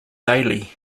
daily